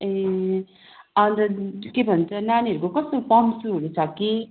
ए अन्त के भन्छ नानीहरूको कस्तो पङ्सुहरू छ कि